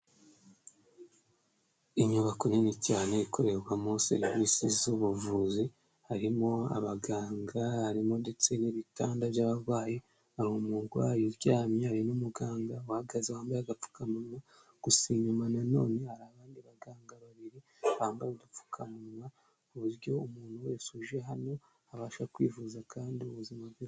Inyubako nini cyane ikorerwamo serivisi z'ubuvuzi, harimo abaganga, harimo ndetse n'ibitanda by'abarwayi, hari umurwayi uryamye, hari n'umuganga uhagaze ahombaye agapfukamanma gusi nanone hari abandi baganga babiri bambara udupfukamunwa ku buryo umuntu wese uje hano abasha kwivuza kandi ubuzima bwiza.